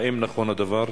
האם נכון הדבר?